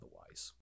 otherwise